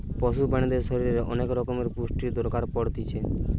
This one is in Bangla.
পশু প্রাণীদের শরীরের অনেক রকমের পুষ্টির দরকার পড়তিছে